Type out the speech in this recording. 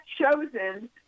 chosen